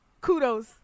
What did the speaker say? kudos